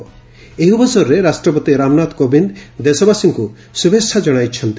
ଏହି ଅବସରରେ ରାଷ୍ଟ୍ରପତି ରାମନାଥ କୋବିନ୍ଦ ଦେଶବାସୀଙ୍କ ଶ୍ରଭେଚ୍ଛା ଜଣାଇଛନ୍ତି